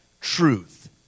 truth